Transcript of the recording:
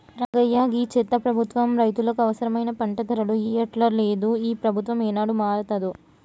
రంగయ్య గీ చెత్త ప్రభుత్వం రైతులకు అవసరమైన పంట ధరలు ఇయ్యట్లలేదు, ఈ ప్రభుత్వం ఏనాడు మారతాదో